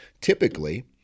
Typically